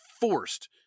forced